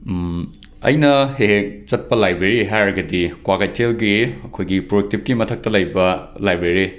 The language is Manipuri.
ꯑꯩꯅ ꯍꯦꯛ ꯍꯦꯛ ꯆꯠꯄ ꯂꯥꯏꯕ꯭ꯔꯦꯔꯤ ꯍꯥꯏꯔꯒꯗꯤ ꯀ꯭ꯋꯥꯀꯩꯊꯦꯜꯒꯤ ꯑꯩꯈꯣꯏꯒꯤ ꯄ꯭ꯔꯣꯑꯦꯛꯇꯤꯞꯀꯤ ꯃꯊꯛꯇ ꯂꯩꯕ ꯂꯥꯏꯕ꯭ꯔꯦꯔꯤ